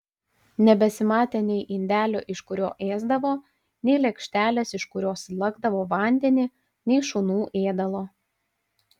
nebesimatė nei indelio iš kurio ėsdavo nei lėkštelės iš kurios lakdavo vandenį nei šunų ėdalo